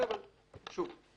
אבל שוב,